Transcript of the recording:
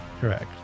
Correct